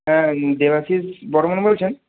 হ্যাঁ দেবাশিস বর্মন বলছেন